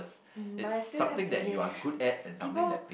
um but I still have to people